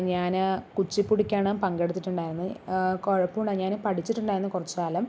ഞാന് കുച്ചിപ്പുടിക്കാണ് പങ്കെടുത്തിട്ടുണ്ടായിരുന്നത് കുഴപ്പം ഉണ്ടായി ഞാൻ പഠിച്ചിട്ടുണ്ടായിരുന്നു കുറച്ച് കാലം